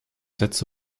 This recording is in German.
sätze